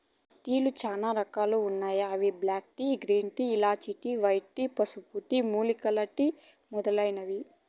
టీలు చానా రకాలు ఉన్నాయి అవి black tea, green tea, oolong tea, white tea, పసుపు టీ, మూలికల టీ మొదలైనవి